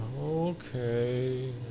Okay